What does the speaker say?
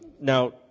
Now